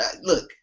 look